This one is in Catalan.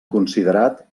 considerat